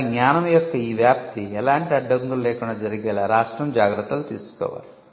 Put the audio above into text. కానీ జ్ఞానం యొక్క ఈ వ్యాప్తి ఎలాంటి అడ్డంకులు లేకుండా జరిగేలా రాష్ట్రం జాగ్రత్తలు తీసుకోవాలి